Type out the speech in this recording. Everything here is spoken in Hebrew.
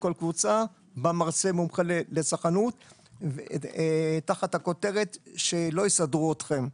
לכל קבוצה בה מרצה מומחה לצרכנות תחת הכותרת "שלא יסדרו אתכם".